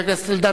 חבר הכנסת אלדד,